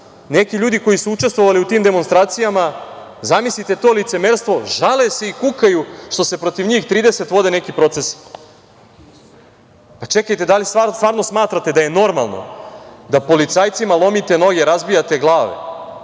neki ljudi koji su učestvovali u tim demonstracijama, zamislite to licemerstvo, žale se i kukaju što se protiv njih 30 vode neki procesi. Pa, čekajte, da li stvarno smatrate da je normalno da policajcima lomite noge, razbijate glave,